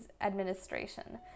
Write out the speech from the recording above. administration